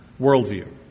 worldview